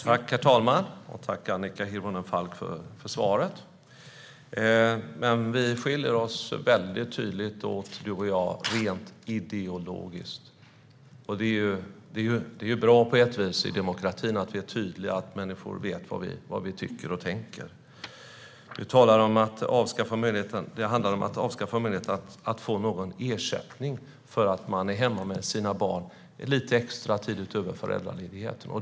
Herr talman! Tack för svaret, Annika Hirvonen Falk! Vi skiljer oss väldigt tydligt åt, du och jag, rent ideologiskt. Det är bra på ett vis i demokratin att vi är tydliga och att människor vet vad vi tycker och tänker. Du talar om att det handlar om att avskaffa möjligheten att få någon ersättning för att man är hemma med sina barn lite extra tid utöver föräldraledigheten.